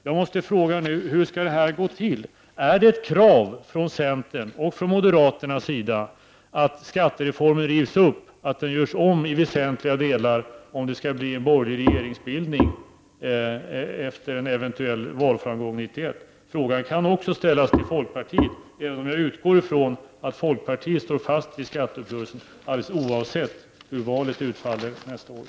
Jag måste fråga: Hur skall detta gå till? Är det ett krav från centern och moderaterna att skattereformen rivs upp och görs om i väsentliga delar om det skall bli en borgerlig regeringsbildning efter en eventuell valframgång 1991? Frågan kan också ställas till folkpartiet, även om jag utgår ifrån att folkpartiet står fast vid skatteuppgörelsen, oavsett hur valet utfaller nästa år.